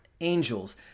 angels